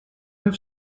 have